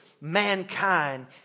mankind